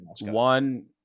one